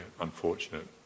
unfortunate